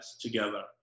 together